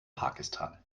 pakistan